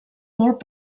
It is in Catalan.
molt